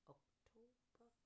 October